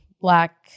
black